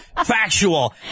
factual